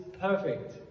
perfect